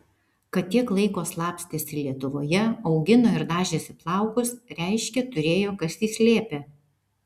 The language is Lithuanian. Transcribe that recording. kad tiek laiko slapstėsi lietuvoje augino ir dažėsi plaukus reiškia turėjo kas jį slėpė